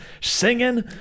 singing